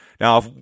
Now